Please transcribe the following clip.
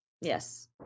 yes